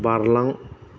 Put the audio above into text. बारलां